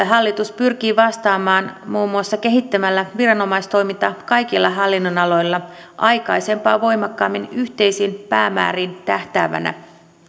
hallitus pyrkii vastaamaan muun muassa kehittämällä viranomaistoimintaa kaikilla hallinnonaloilla aikaisempaa voimakkaammin yhteisiin päämääriin tähtäävänä